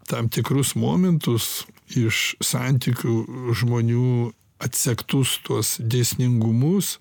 tam tikrus momentus iš santykių žmonių atsektus tuos dėsningumus